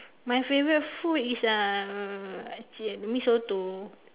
my favourite food is uh I see mee-soto